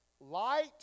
light